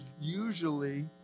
Usually